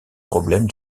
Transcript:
problèmes